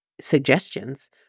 suggestions